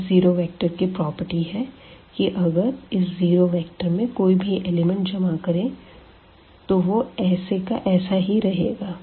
इस zero vector की property है कि अगर इस 0 वेक्टर में कोई भी एलिमेंट जमा करें तो वो ऐसे का ऐसा ही रहेगा